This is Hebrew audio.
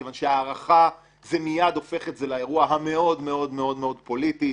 כיוון שבהארכה זה מיד הופך את זה לאירוע המאוד-מאוד-מאוד-מאוד פוליטי,